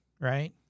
right